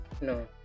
no